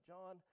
John